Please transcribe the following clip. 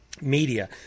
Media